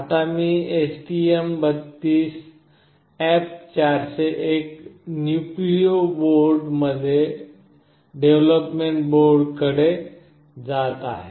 आता मी STM32F401 Nucleo development board कडे जात आहे